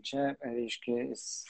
čia reiškias